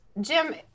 Jim